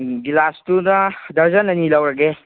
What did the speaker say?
ꯎꯝ ꯒꯤꯂꯥꯁꯇꯨꯗ ꯗꯔꯖꯟ ꯑꯅꯤ ꯂꯧꯔꯒꯦ